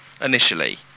initially